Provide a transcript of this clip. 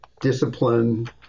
discipline